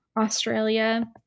Australia